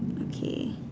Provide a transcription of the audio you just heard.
okay